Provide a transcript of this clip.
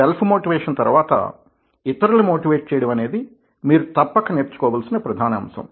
self motivation తర్వాత ఇతరులని motivate చేయడం అనేది మీరు తప్పక నేర్చుకోవలసిన ప్రధాన అంశం